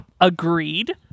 agreed